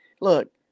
look